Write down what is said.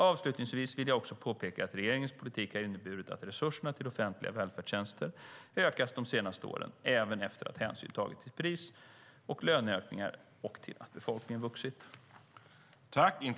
Avslutningsvis vill jag också påpeka att regeringens politik har inneburit att resurserna till offentliga välfärdstjänster ökat de senaste åren, även efter att hänsyn tagits till pris och löneökningar och till att befolkningen vuxit.